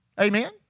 Amen